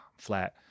flat